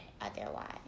otherwise